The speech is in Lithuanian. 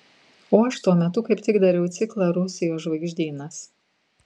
o aš tuo metu kaip tik dariau ciklą rusijos žvaigždynas